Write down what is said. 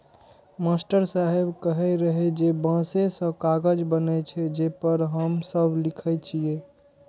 master साहेब कहै रहै जे बांसे सं कागज बनै छै, जे पर हम सब लिखै छियै